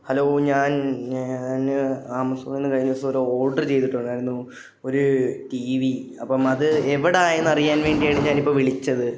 hello ഞാൻ ഞാന് ആമസോണില്നിന്ന് കഴിഞ്ഞ ദിവസം ഒരു ഓര്ഡര് ചെയ്തിട്ടുണ്ടായിരുന്നു ഒരു ടി വി അപ്പോള് അത് എവിടായെന്ന് അറിയാൻ വേണ്ടിയാണ് ഞാനിപ്പോള് വിളിച്ചത്